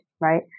right